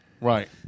Right